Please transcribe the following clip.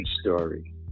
story